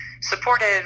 supportive